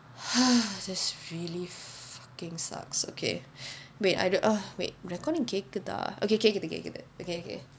this really fucking sucks okay wait either wait recording கேட்குதா:kaetkuthaa okay கேட்குதா கேட்குதா:kaetkuthu kaetkuthu okay okay